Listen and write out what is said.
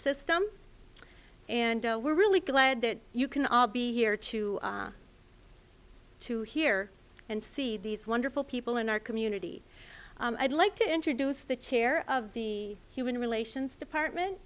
system and we're really glad that you can be here too to hear and see these wonderful people in our community i'd like to introduce the chair of the human relations department